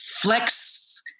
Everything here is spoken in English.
flex